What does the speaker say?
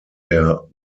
der